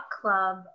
Club